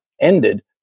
ended